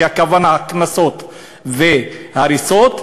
והכוונה קנסות והריסות,